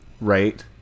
Right